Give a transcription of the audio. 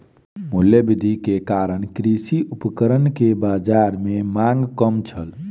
मूल्य वृद्धि के कारण कृषि उपकरण के बाजार में मांग कम छल